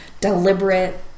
deliberate